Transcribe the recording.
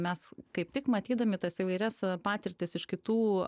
mes kaip tik matydami tas įvairias patirtis iš kitų